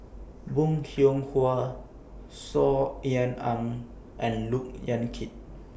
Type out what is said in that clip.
Bong Hiong Hwa Saw Ean Ang and Look Yan Kit